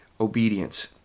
Obedience